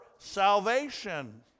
salvation